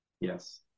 yes